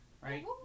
right